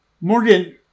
Morgan